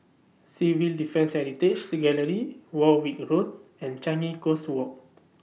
Civil Defence Heritage Gallery Warwick Road and Changi Coast Walk